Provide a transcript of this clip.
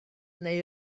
neu